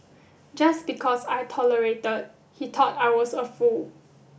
just because I tolerated he thought I was a fool